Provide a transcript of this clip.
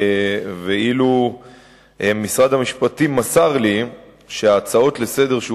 ואילו משרד המשפטים מסר לי: ההצעות לסדר-היום